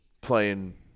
playing